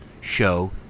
show